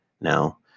now